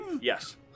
Yes